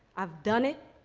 i've done it,